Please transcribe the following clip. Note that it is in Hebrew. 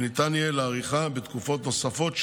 וניתן יהיה להאריכה בתקופות נוספות,